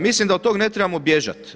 Mislim da od toga ne trebamo bježati.